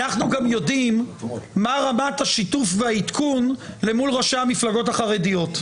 אנחנו גם יודעים מה רמת השיתוף והעדכון אל מול ראשי המפלגות החרדיות.